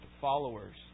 followers